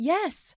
Yes